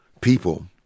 people